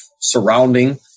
surrounding